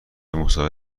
مصاحبه